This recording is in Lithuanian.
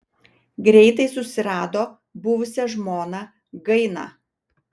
greitai susirado buvusią žmoną gainą